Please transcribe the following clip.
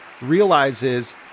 realizes